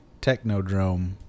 Technodrome